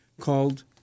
called